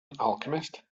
alchemist